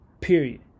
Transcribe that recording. period